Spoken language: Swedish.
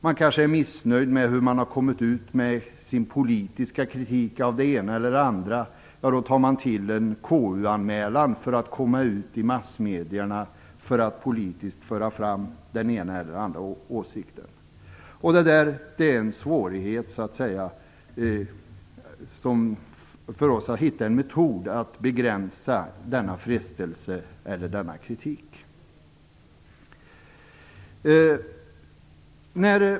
Man kanske är missnöjd med hur man har kommit ut med sin politiska kritik av det ena eller det andra, och då tar man till en KU-anmälan för att komma ut i massmedierna för att politiskt föra fram den ena eller den andra åsikten. Det är en svårighet för oss att hitta en metod att begränsa denna frestelse, eller denna kritik.